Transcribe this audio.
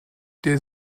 der